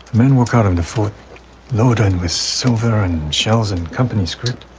men walk out of the fourth loading with silver and shells and company script.